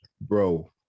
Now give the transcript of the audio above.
bro